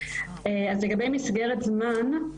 לגבי מסגרת זמן,